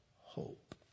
hope